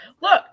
look